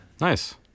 Nice